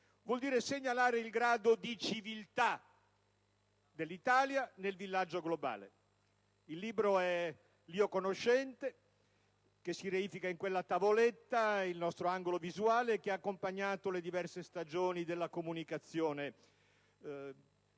vuol dire segnalare il grado di civiltà dell'Italia nel villaggio globale. Il libro è l'io conoscente, che si reifica in quella tavoletta - il nostro angolo visuale - che ha accompagnato le diverse stagioni della comunicazione.